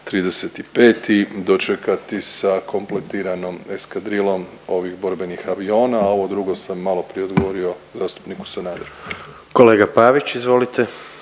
30.5. dočekati sa kompletiranom eskadrilom ovih borbenih aviona. Ovo drugo sam malo prije odgovorio zastupniku Sanaderu. **Jandroković, Gordan